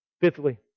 Fifthly